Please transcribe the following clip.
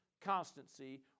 constancy